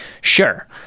sure